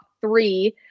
three